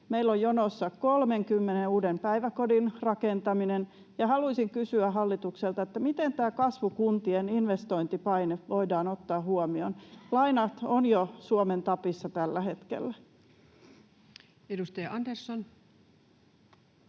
Meillä on jonossa 30 uuden päiväkodin rakentaminen. Haluaisin kysyä hallitukselta, miten tämä kasvukuntien investointipaine voidaan ottaa huomioon. Lainat ovat jo Suomen tapissa tällä hetkellä. [Speech